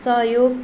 सहयोग